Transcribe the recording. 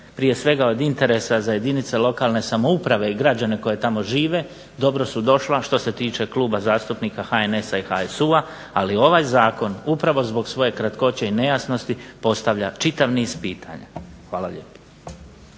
prije svega od interesa za jedinice lokalne samouprave i građane koji tamo žive dobro su došla što se tiče kluba HNS-a i HSU-a, ali ovaj zakon upravo zbog svoje kratkoće i nejasnosti postavlja čitav niz pitanja. Hvala lijepa.